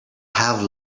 have